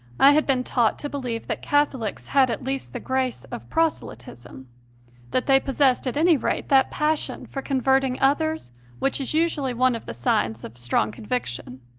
i had been taught to believe that catholics had at least the grace of proselytism that they possessed, at any rate, that passion for converting others which is usually one of the signs of strong conviction.